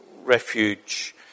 refuge